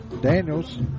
Daniels